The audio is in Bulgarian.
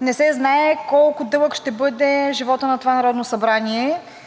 не се знае колко дълъг ще бъде животът на това Народно събрание